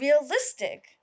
realistic